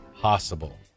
possible